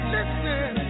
Listen